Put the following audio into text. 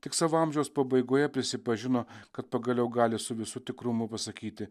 tik savo amžiaus pabaigoje prisipažino kad pagaliau gali su visu tikrumu pasakyti